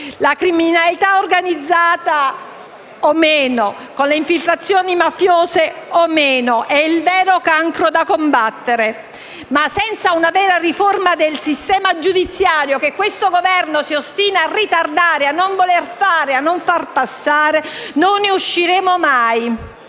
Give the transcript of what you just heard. la criminalità (organizzata o no, con le infiltrazioni mafiose o no) è il vero cancro da combattere; tuttavia, senza una vera riforma del sistema giudiziario, che questo Governo si ostina a ritardare, a non voler fare, a non far passare, non ne usciremo mai.